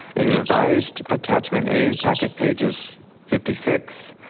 a revised attachment a packet pages fifty six,